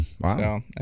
Wow